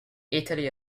italy